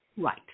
Right